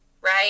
right